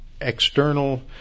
external